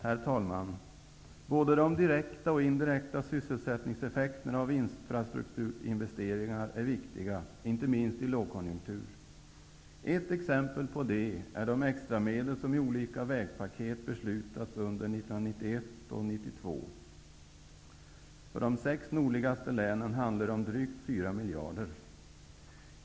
Herr talman! Både de direkta och indirekta sysselsättningseffekterna av infrastrukturinvesteringar är viktiga, inte minst i lågkonjunktur. Ett exempel på det är de extra medel som i olika vägpaket beslutats under 1991 och 1992. För de sex nordligaste länen handlar det om drygt 4 miljarder.